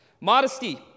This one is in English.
Modesty